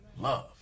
love